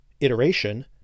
iteration